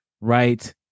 right